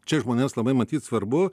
čia žmonėms labai matyt svarbu